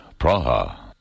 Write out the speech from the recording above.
Praha